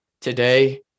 today